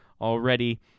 already